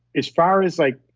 as far as like